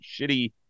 shitty